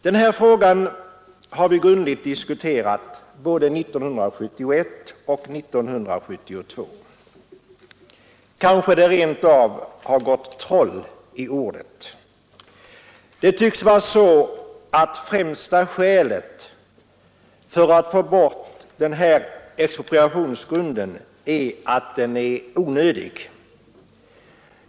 Den här frågan har vi grundligt diskuterat både 1971 och 1972. Kanske det rent av gått troll i orden. Det tycks vara så att främsta skälet till att man vill få bort den här expropriationsgrunden är att den är onödig.